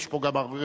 יש פה גם הרביעי,